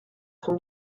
son